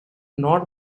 nor